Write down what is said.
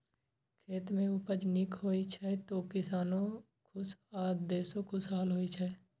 खेत मे उपज नीक होइ छै, तो किसानो खुश आ देशो खुशहाल होइ छै